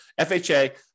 FHA